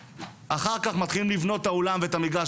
ואחר כך מתחילים לבנות את האולם ואת המגרש,